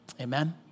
Amen